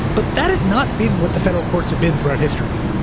but that has not been what the federal courts have been throughout history.